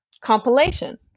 compilation